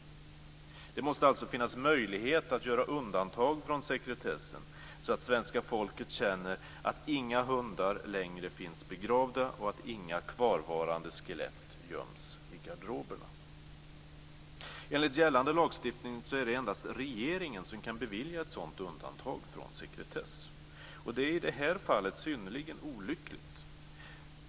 Det måste alltså finnas möjlighet att göra undantag från sekretessen så att svenska folket känner att inga hundar längre finns begravda och att inga kvarvarande skelett göms i garderoberna. Enligt gällande lagstiftning är det endast regeringen som kan bevilja ett sådant undantag från sekretess. Det är i det här fallet synnerligen olyckligt.